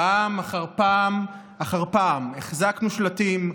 פעם אחר פעם אחר פעם החזקנו שלטים,